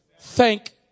Thank